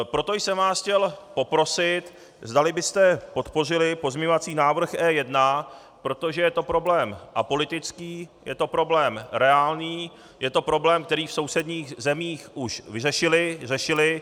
Proto jsem vás chtěl poprosit, zdali byste podpořili pozměňovací návrh E1, protože je to problém apolitický, je to problém reálný, je to problém, který v sousedních zemích již řešili.